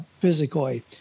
physically